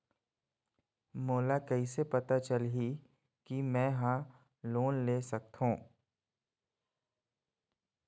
मोला कइसे पता चलही कि मैं ह लोन ले सकथों?